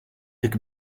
took